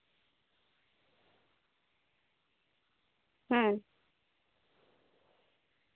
ᱦᱩᱸ